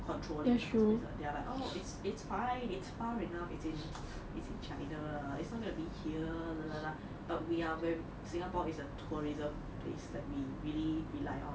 controlling in the first place there are like oh it's it's fine it's far enough it is it is in china it's not gonna be here but we are when singapore is a tourism place like we really rely on